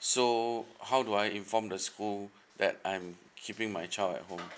so how do I inform the school that I'm keeping my child at home